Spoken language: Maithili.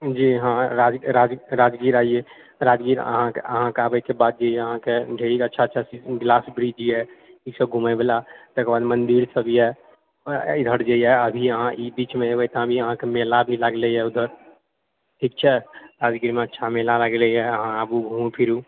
जी हँ राज राज राजगिर आइए राजगिर अहाँकेँ अहाँकेँ आबएके बाद जे यऽ ढेरी अच्छा अच्छा ग्लास ब्रिज यऽ ई सब घुमए बला तकरबाद मन्दिर सब यऽ ऐघट जे यऽ अभी यहाँ ई बीचमे एकगो अहाँकेँ मेला भी लागलै हँ उधर ठीक छै अभी केमे अच्छा मेला लागलै हँ अहाँ आबु घुमू फिरु